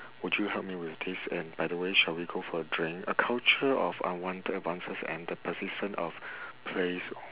would you help me with this and by the way shall we go for a drink a culture of unwanted advances and the persistent of praise